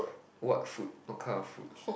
what food what kind of food